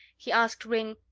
he asked ringg,